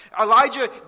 Elijah